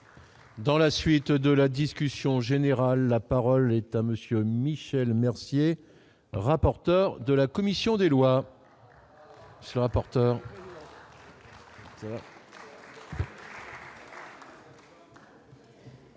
Dans la suite de la discussion générale, la parole est à monsieur Michel Mercier, rapporteur de la commission des lois. ça rapporte.